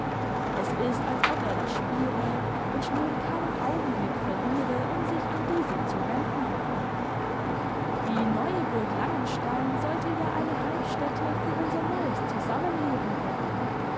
es ist als ob er das spüre und nun keinen augenblick verliere um sich an diese zu wenden die neue burg langenstein sollte ja eine heimstätte für unser neues zusammenleben werden